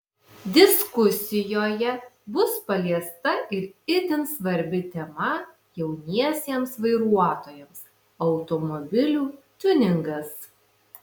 diskusijoje bus paliesta ir itin svarbi tema jauniesiems vairuotojams automobilių tiuningas